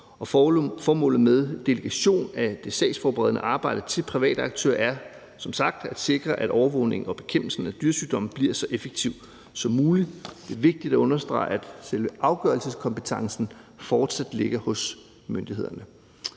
Formålet med delegation af det sagsforberedende arbejde til private aktører er som sagt at sikre, at overvågningen og bekæmpelsen af dyresygdomme bliver så effektiv som muligt. Det er vigtigt at understrege, at selve afgørelseskompetencen fortsat ligger hos myndighederne.